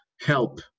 help